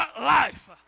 life